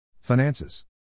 Finances